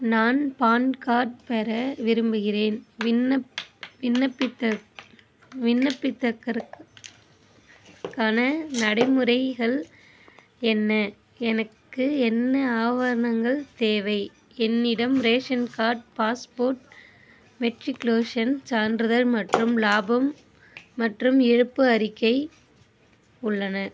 நான் PAN card பெற விரும்புகிறேன் விண்ணப் விண்ணப்பித்தற் விண்ணப்பித்தற்கிறக் க்கான நடைமுறைகள் என்ன எனக்கு என்ன ஆவணங்கள் தேவை என்னிடம் ரேஷன் கார்ட் பாஸ்போர்ட் மெட்ரிக்லோஷன் சான்றிதழ் மற்றும் இலாபம் மற்றும் இழப்பு அறிக்கை உள்ளன